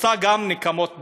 רוצה גם נקמת דם?